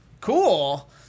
Cool